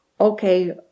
okay